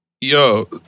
Yo